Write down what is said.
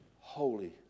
holy